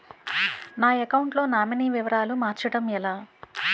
నా అకౌంట్ లో నామినీ వివరాలు మార్చటం ఎలా?